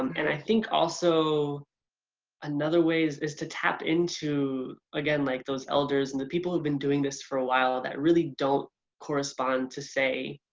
um and i think also another way is is to tap into again like those elders and the people who've been doing this for a while that really don't correspond to say,